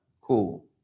Cool